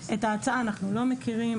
את ההצעה אנחנו לא מכירים.